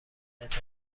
نجابت